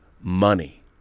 money